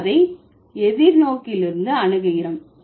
நாம் அதை எதிர் நோக்கிலிருந்து அணுகுகிறோம்